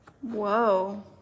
Whoa